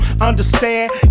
Understand